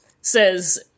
says